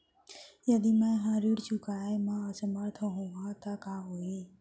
यदि मैं ह ऋण चुकोय म असमर्थ होहा त का होही?